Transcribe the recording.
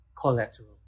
collateral